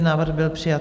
Návrh byl přijat.